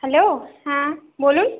hello হ্যাঁ বলুন